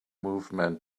movement